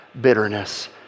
bitterness